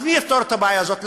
אז מי יפתור את הבעיה הזאת?